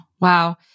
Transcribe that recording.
Wow